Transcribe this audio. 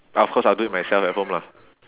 but of course I'll do it myself at home lah